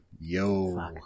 yo